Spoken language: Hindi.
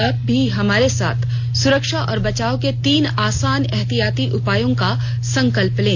आप भी हमारे साथ सुरक्षा और बचाव के तीन आसान एहतियाती उपायों का संकल्प लें